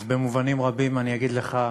אז במובנים רבים אני אגיד לך,